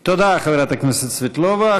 תודה, חברת הכנסת סבטלובה.